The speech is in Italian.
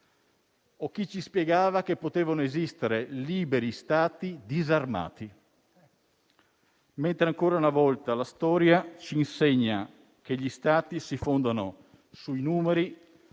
di chi spiegava che potevano esistere liberi Stati disarmati, mentre, ancora una volta, la storia insegna che gli Stati si fondano sui numeri,